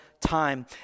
time